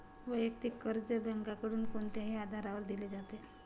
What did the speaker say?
वैयक्तिक कर्ज बँकांकडून कोणत्याही आधारावर दिले जाते